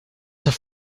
have